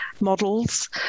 models